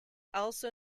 also